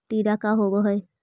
टीडा का होव हैं?